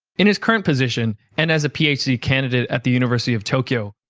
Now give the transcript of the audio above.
in his current position, and as a phd candidate at the university of tokyo,